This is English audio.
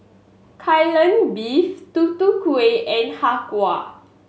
Kai Lan Beef Tutu Kueh and Har Kow